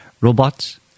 Robots